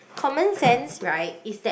common sense right is that